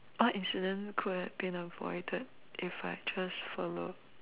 what incident could have been avoided if I just followed